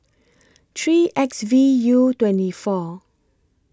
three X V U twenty four